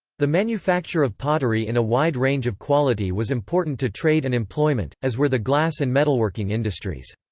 the manufacture of pottery in a wide range of quality was important to trade and employment, as were the glass and metalworking industries.